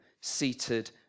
seated